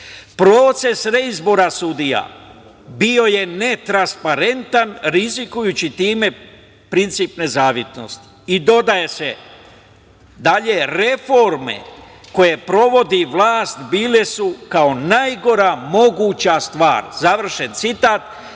Proces reizbora sudija bio je netransparentan, rizikujući time princip nezavisnosti.“ Dodaje se dalje: „Reforme koje sprovodi vlast bile su kao najgora moguća stvar“, završen citat.